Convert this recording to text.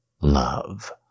love